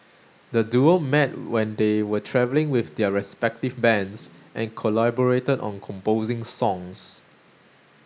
the duo met when they were travelling with their respective bands and collaborated on composing songs